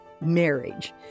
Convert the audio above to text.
marriage